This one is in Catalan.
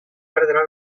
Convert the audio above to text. perdrà